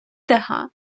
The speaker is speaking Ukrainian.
дега